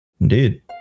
indeed